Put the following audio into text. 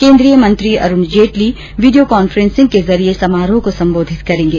केन्द्रीय मंत्री Arun Jaitley video conferencing के जरिये समारोह को सम्बोधित करेंगे